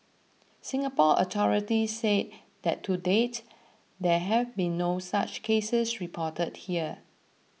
Singapore authorities said that to date there have been no such cases reported here